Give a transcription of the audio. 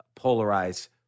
polarize